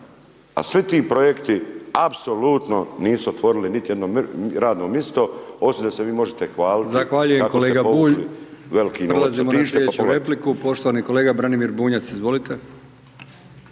a svi ti projekti apsolutno nisu otvorili niti jedno radno misto, osim da se vi možete